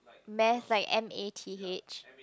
math like m_a_t_h